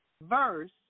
verse